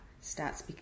starts